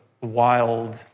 wild